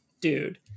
dude